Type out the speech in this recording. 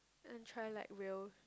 and try like real